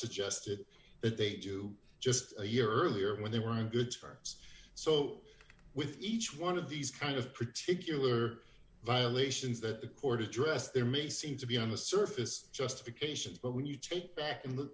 suggested that they do just a year earlier when they were in good terms so with each one of these kind of particular violations that the court addressed there may seem to be on the surface justification but when you take back and